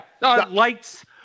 lights